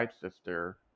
Sister